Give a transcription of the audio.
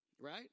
Right